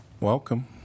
Welcome